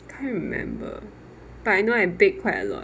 can't remember but I know I bake quite a lot